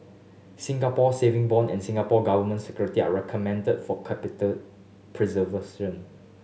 Singapore Saving Bond and Singapore Government Security are recommended for capital preservation